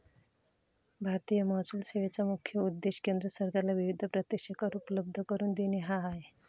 भारतीय महसूल सेवेचा मुख्य उद्देश केंद्र सरकारला विविध प्रत्यक्ष कर उपलब्ध करून देणे हा आहे